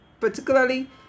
particularly